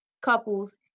couples